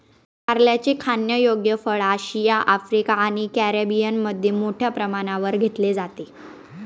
कारल्याचे खाण्यायोग्य फळ आशिया, आफ्रिका आणि कॅरिबियनमध्ये मोठ्या प्रमाणावर घेतले जाते